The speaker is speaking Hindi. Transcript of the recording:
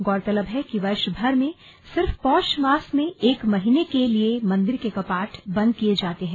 गौरतलब है कि वर्ष भर में सिर्फ पौष मास में एक महीने के लिए मंदिर के कपाट बंद किये जाते हैं